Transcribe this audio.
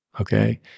Okay